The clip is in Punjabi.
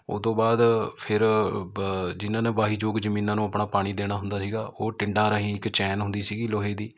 ਉਹਦੋਂ ਬਾਅਦ ਫਿਰ ਬਾ ਜਿਨ੍ਹਾਂ ਨੇ ਵਾਹੀਯੋਗ ਜ਼ਮੀਨਾਂ ਨੂੰ ਆਪਣਾ ਪਾਣੀ ਦੇਣਾ ਹੁੰਦਾ ਸੀਗਾ ਉਹ ਟਿੰਡਾਂ ਰਾਹੀਂ ਇੱਕ ਚੈਨ ਹੁੰਦੀ ਸੀਗੀ ਲੋਹੇ ਦੀ